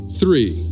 three